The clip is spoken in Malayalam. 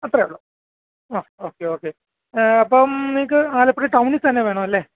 അത്രേ ഉള്ളു ആ ഓക്കെ ഓക്കെ അപ്പം നിങ്ങൾക്ക് ആലപ്പുഴ ടൗണീത്തന്നെ വേണമല്ലേ